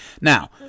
Now